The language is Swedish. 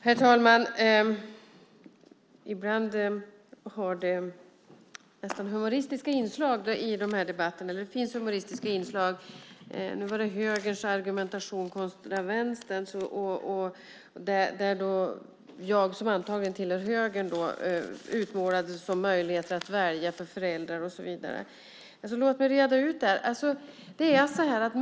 Herr talman! Ibland finns det nästan humoristiska inslag i de här debatterna. Nu var det högerns argumentation kontra vänsterns där då jag, som antagligen tillhör högern, utmålades med ord om möjligheter att välja för föräldrar och så vidare. Låt mig reda ut det här.